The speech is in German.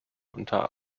unter